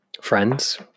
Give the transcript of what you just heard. friends